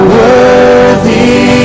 worthy